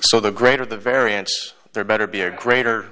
so the greater the variance there better be a greater